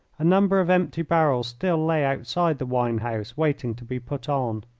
a number of empty barrels still lay outside the wine-house waiting to be put on.